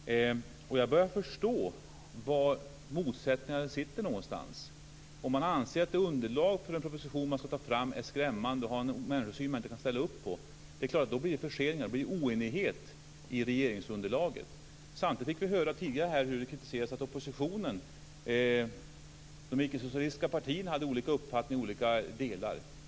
Jag börjar förstå var motsättningarna sitter någonstans. Om man anser att underlaget för den proposition som ska läggas fram är skrämmande och visar en människosyn man inte kan ställa upp på, blir det förseningar och oenighet i regeringsunderlaget. Samtidigt fick vi höra tidigare hur det kritiserades att oppositionen, de icke-socialistiska partierna, hade olika uppfattningar i olika delar.